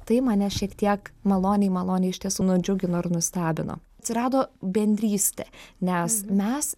tai mane šiek tiek maloniai maloniai iš tiesų nudžiugino ir nustebino atsirado bendrystė nes mes